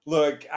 Look